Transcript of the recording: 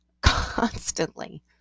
constantly